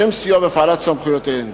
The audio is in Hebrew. לשם סיוע בהפעלת סמכויותיהן.